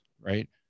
right